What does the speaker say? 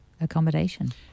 accommodation